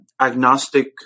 agnostic